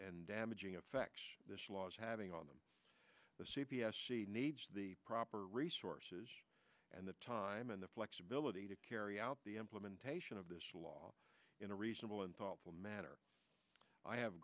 and damaging effects this was having on the c p s she needs the proper resources and the time and the flexibility to carry out the implementation of this law in a reasonable and thoughtful matter i have